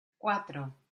cuatro